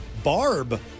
barb